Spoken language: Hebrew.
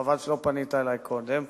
חבל שלא פנית אלי קודם.